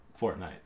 Fortnite